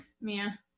Mia